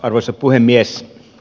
arvoisa puhemies